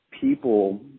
people